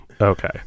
Okay